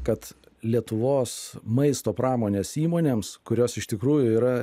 kad lietuvos maisto pramonės įmonėms kurios iš tikrųjų yra